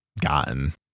gotten